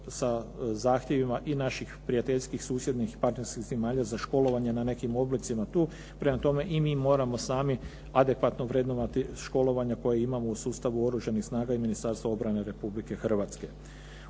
sa zahtjevima i naših prijateljskih susjednih partnerskih zemalja za školovanje na nekim oblicima tu. Prema tome, i mi moramo sami adekvatno vrednovati školovanje koje imamo u sustavu Oružanih snaga i Ministarstva obrane Republike Hrvatske.